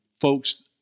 folks